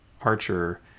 Archer